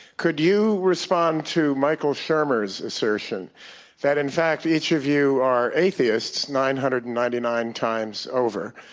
could you respond to michael shermer's assertion that in fact each of you are atheists nine hundred and ninety nine times over,